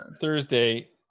Thursday